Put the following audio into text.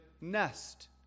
nest